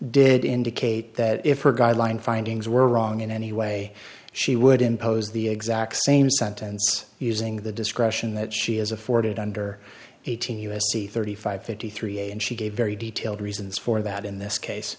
did indicate that if we're guideline findings were wrong in any way she would impose the exact same sentence using the discretion that she has afforded under eighteen u s c thirty five fifty three and she gave very detailed reasons for that in this case